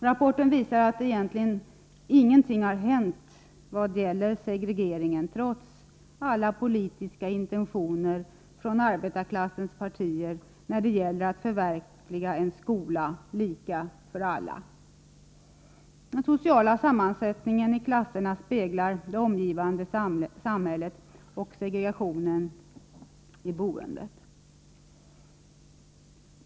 Rapporten visar att egentligen ingenting har hänt i vad gäller segregeringen, trots alla politiska intentioner från arbetarklassens partier när det gäller att förverkliga en skola lika för alla. Den sociala sammansättningen i klasserna speglar det omgivande samhället och segregationen i boendet.